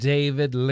David